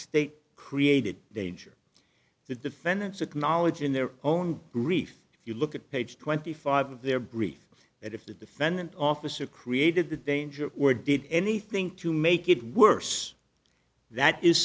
state created danger the defendants acknowledge in their own grief if you look at page twenty five of their brief that if the defendant officer created the danger or did anything to make it worse that is